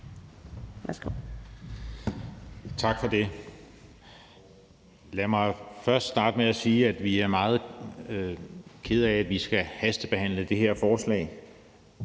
Tak for det. Lad mig starte med at sige, at vi er meget kede af, at vi på 30 timer skal hastebehandle det her forslag,